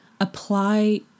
apply